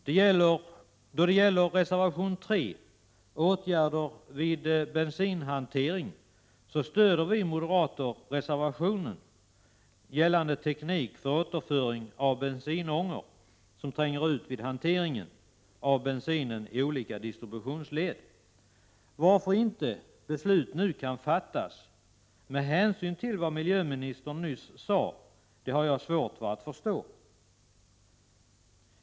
Vi moderater stöder reservation nr 3 om åtgärder vid bensinhantering, som gäller teknik för återföring av bensinångor som tränger ut vid hanteringen av bensin i olika distributionsled. Varför beslut nu inte kan fattas, med hänsyn till vad miljöministern nyss sade, har jag svårt att förstå.